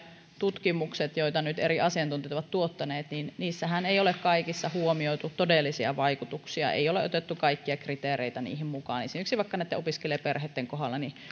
tutkimuksissahan joita nyt eri asiantuntijat ovat tuottaneet ei ole kaikissa huomioitu todellisia vaikutuksia ei ole otettu kaikkia kriteereitä niihin mukaan esimerkiksi näitten opiskelijaperheitten kohdalla